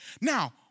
Now